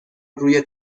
روی